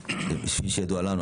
כפי שידוע לנו,